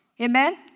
amen